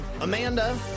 Amanda